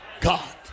God